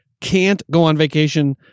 can't-go-on-vacation